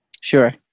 Sure